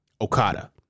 Okada